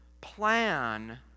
plan